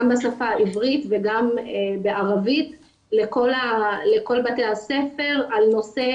בשפה העברית וגם בערבית לכל בתי הספר על נושא